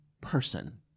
person